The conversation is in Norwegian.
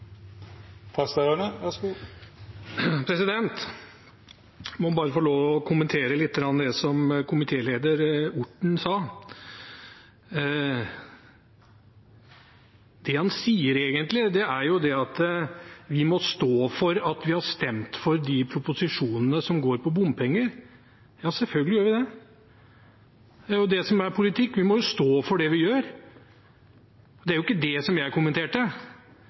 må bare få lov til å kommentere det som komitéleder Orten sa. Det han egentlig sier, er at vi må stå for at vi har stemt for de proposisjonene som går på bompenger. Ja, selvfølgelig gjør vi det, det er jo det som er politikk. Vi må jo stå for det vi gjør. Det var jo ikke det jeg kommenterte. Det jeg kommenterte,